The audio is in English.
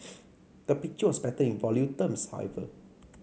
the picture was better in volume terms however